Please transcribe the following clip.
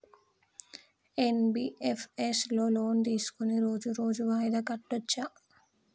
NBFS లో loan తీస్కొని రోజు రోజు వాయిదా కట్టచ్ఛా?